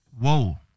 whoa